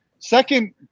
Second